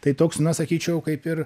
tai toks na sakyčiau kaip ir